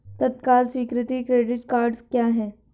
तत्काल स्वीकृति credit cards क्या हैं?